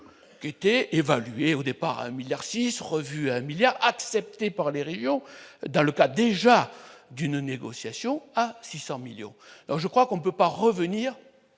coût était évalué au départ à 1 milliard 6 revues un milliard, accepté par les régions, dans le cas déjà d'une négociation à 600 millions je crois qu'on ne peut pas revenir